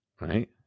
right